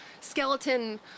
skeleton